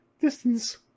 Distance